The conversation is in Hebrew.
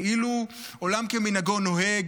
כאילו עולם כמנהגו נוהג,